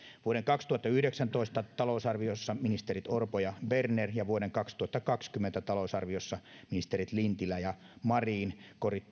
vuoden kaksituhattayhdeksäntoista talousarviossa ministerit orpo ja berner ja vuoden kaksituhattakaksikymmentä talousarviossa ministerit lintilä ja marin